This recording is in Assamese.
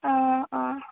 অঁ অঁ